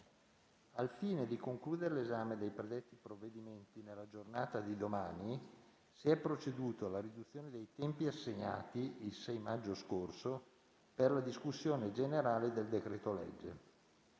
Al fine di concludere l'esame dei predetti provvedimenti nella giornata di domani, si è proceduto alla riduzione dei tempi assegnati il 6 maggio scorso per la discussione generale del decreto-legge.